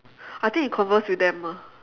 I think you converse with them ah